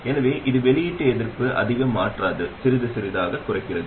எனவே இது வெளியீட்டு எதிர்ப்பை அதிகம் மாற்றாது சிறிது சிறிதாக குறைக்கிறது